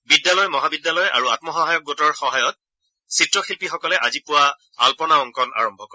বিদ্যালয় মহাবিদ্যালয় আৰু আম্মসহায়ক গোটৰ সহায়ত চিত্ৰশিপ্ৰীসকলে আজি পূৱা আগ্ননা অংকনৰ আৰম্ভ কৰে